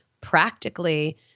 practically